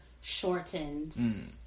shortened